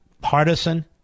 partisan